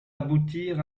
aboutir